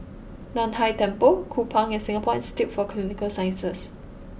Nan Hai Temple Kupang and Singapore Institute for Clinical Sciences